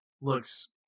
looks